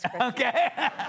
okay